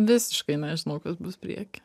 visiškai nežinau kas bus prieky